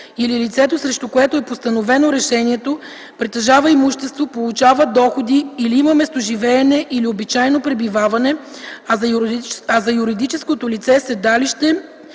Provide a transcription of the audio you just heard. или лицето, срещу което е постановено решението, притежава имущество, получава доходи или има местоживеене или обичайно пребиваване, а за юридическото лице – седалище,